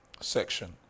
section